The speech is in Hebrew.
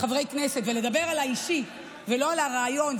חברי כנסת ולדבר על האישי ולא על הרעיון,